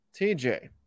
TJ